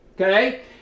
Okay